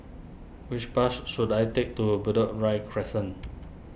which bus should I take to Bedok Ria Crescent